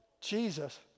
Jesus